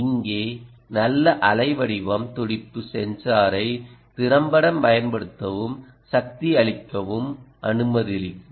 இங்கே நல்ல அலை வடிவம் துடிப்பு சென்சாரை திறம்பட பயன்படுத்தவும் சக்தியளிக்கவும் அனுமதிக்கும்